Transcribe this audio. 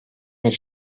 bir